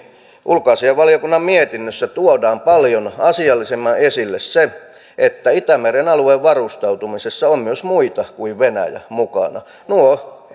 ulkoasiainvaliokunnan mietinnössä tuodaan paljon asiallisemmin esille se että itämeren alueen varustautumisessa on mukana myös muita kuin venäjä nuo